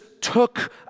took